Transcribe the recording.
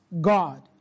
God